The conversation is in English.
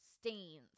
stains